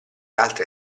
altre